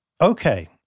Okay